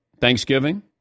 Thanksgiving